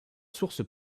source